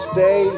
Stay